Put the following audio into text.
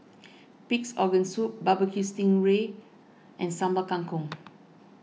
Pig's Organ Soup barbeque Sting Ray and Sambal Kangkong